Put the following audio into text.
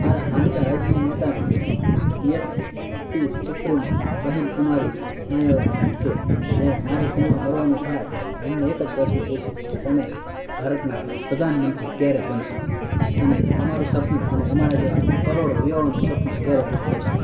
મારા માનીતા રાજકીય નેતામાં બી એસ પી સુપ્રિમો બહેન કુમારી માયાવતીજી છે જો મારે તેમને મળવાનું થાય તો હું એક જ પ્રશ્ન પૂછીશ કે તમે ભારતના પ્રધાનમંત્રી ક્યારે બનશો અને તમારું સપનું અને અમારા જેવા કરોડો યુવાઓનું સપનું ક્યારે પૂરું કરશો